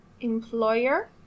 employer